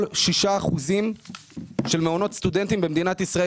6% של מעונות סטודנטים במדינת ישראל.